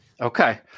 Okay